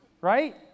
Right